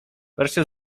wreszcie